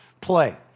play